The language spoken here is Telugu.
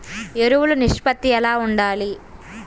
ఎరువులు నిష్పత్తి ఎలా ఉండాలి?